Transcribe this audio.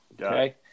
okay